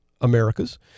Americas